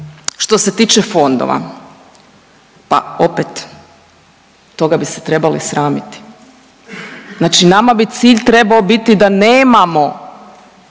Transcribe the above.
što se tiče fondova, pa opet toga bi se trebali sramiti. Znači nama bi cilj trebao biti da nemamo